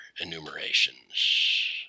enumerations